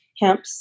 hemp